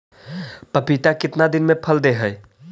पपीता कितना दिन मे फल दे हय?